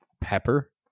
pepper